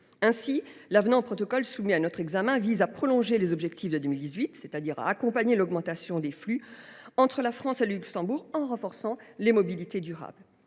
Ainsi, l’avenant au protocole soumis à notre examen vise à prolonger les objectifs de 2018, c’est à dire à accompagner l’augmentation des flux entre la France et le Luxembourg en renforçant les mobilités durables.